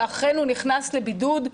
שאכן הוא נכנס לבידוד,